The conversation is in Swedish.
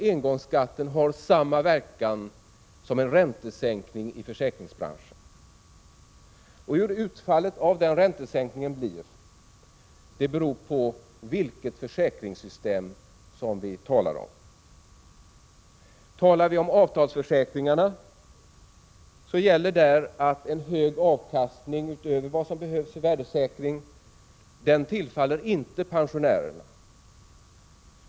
Engångsskatten har samma verkan som en räntesänkning i försäkringsbranschen. Hur utfallet av denna räntesänkning blir beror på vilket försäkringssystem som avses. Är det fråga om avtalsförsäkringarna gäller att en hög avkastning, utöver vad som behövs för värdesäkring, inte tillfaller pensionärerna.